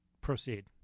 Proceed